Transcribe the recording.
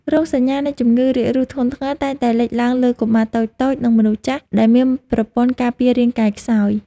រោគសញ្ញានៃជំងឺរាករូសធ្ងន់ធ្ងរតែងតែលេចឡើងលើកុមារតូចៗ និងមនុស្សចាស់ដែលមានប្រព័ន្ធការពាររាងកាយខ្សោយ។